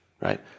right